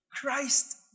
christ